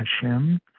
Hashem